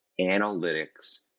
analytics